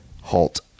halt